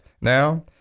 now